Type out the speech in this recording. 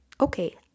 okay